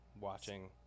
watching